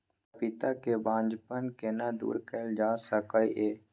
पपीता के बांझपन केना दूर कैल जा सकै ये?